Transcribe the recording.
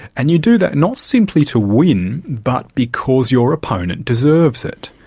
and you do that not simply to win, but because your opponent deserves it.